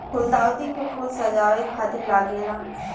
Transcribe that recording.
गुलदाउदी के फूल सजावे खातिर लागेला